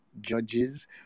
judges